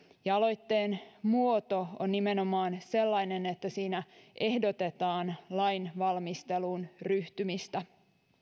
aloitteen muoto on nimenomaan sellainen että siinä ehdotetaan lain valmisteluun ryhtymistä